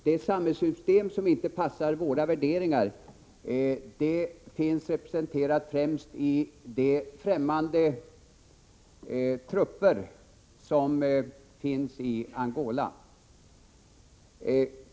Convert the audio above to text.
Det samhällssystem som inte passar våra värderingar är främst representerat av de främmande trupper som finns i Angola.